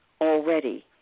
already